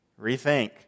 Rethink